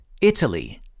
Italy